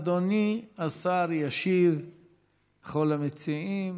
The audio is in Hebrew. אדוני השר ישיב לכל המציעים.